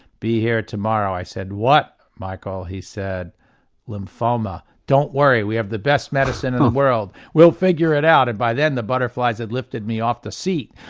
be here tomorrow. i said what michael? he said lymphoma don't worry we have the best medicine in the world, we'll figure it out and by then the butterflies had lifted me off the seat.